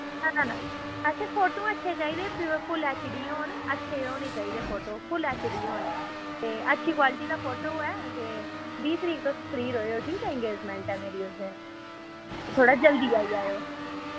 ना ना ना असें फोटो अच्छे चाहिदे प्योर फुल एचडी होन अच्छे होने चाहिदे फोटो फुल एचडी होन ते अच्छी क्वालिटी दा फोटो होऐ ते बी तरीक तुस फ्री रवेओ ठीक ऐ इंगेजमैंट ऐ मेरी उस दिन थोह्ड़ा जल्दी आई जाएओ